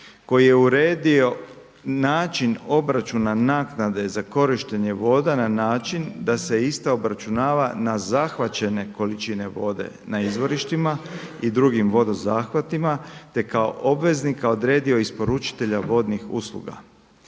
koji je uredio način obračuna naknade za korištenje voda na način da se ista obračunava na zahvaćene količine vode na izvorištima i drugim vodozahvatima te kao obveznika odredio isporučitelja vodnih usluga.